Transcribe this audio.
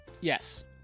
Yes